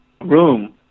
Room